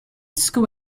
school